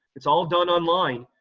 it's all done online,